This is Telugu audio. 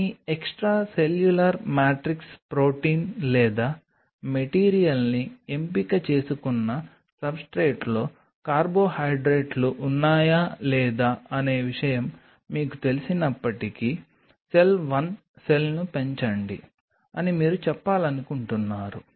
కాబట్టి మీ ఎక్స్ట్రాసెల్యులర్ మ్యాట్రిక్స్ ప్రొటీన్ లేదా మెటీరియల్ని ఎంపిక చేసుకున్న సబ్స్ట్రేట్లో కార్బోహైడ్రేట్లు ఉన్నాయా లేదా అనే విషయం మీకు తెలిసినప్పటికీ సెల్ 1 సెల్ను పెంచండి అని మీరు చెప్పాలనుకుంటున్నారు